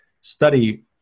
study